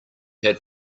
had